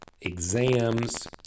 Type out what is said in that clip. exams